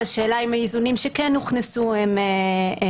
השאלה האם האיזונים שכן הוכנסו מספיקים.